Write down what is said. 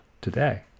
today